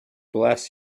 bless